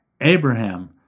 Abraham